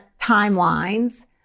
timelines